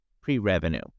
pre-revenue